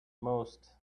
most